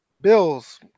Bills